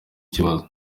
ibibazo